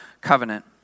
covenant